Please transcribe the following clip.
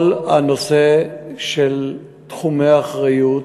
כל הנושא של תחומי האחריות